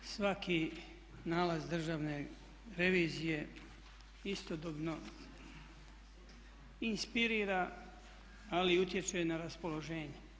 Svaki nalaz Državne revizije istodobno inspirira ali i utječe na raspoloženje.